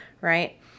Right